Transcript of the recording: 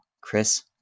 Chris